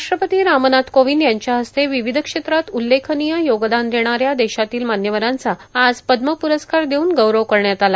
राष्ट्रपती रामनाथ कोविंद यांच्या हस्ते विविध क्षेत्रात उल्लेखनीय योगदान देणाऱ्या देशातील मान्यवरांचा आज पद्मप्रस्कार देऊन गौरव करण्यात आला